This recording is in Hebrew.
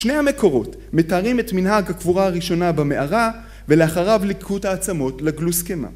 שני המקורות מתארים את מנהג הקבורה הראשונה במערה ולאחריו ליקטו את העצמות לגלוסקמה.